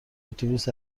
اتوبوس